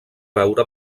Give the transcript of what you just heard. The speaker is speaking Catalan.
veure